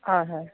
হয় হয়